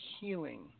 healing